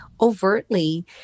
overtly